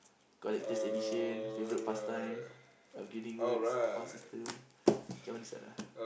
collectors edition favourite pastime upgrading words fast system cannot decide lah